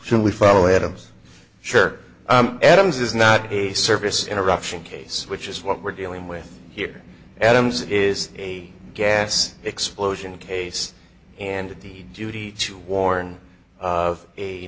should we follow adams sure adams is not a service interruption case which is what we're dealing with here adams is a gas explosion case and the duty to warn of a